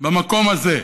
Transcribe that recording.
במקום הזה,